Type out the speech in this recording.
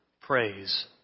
praise